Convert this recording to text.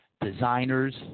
designers